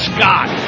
Scott